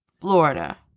Florida